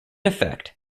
effect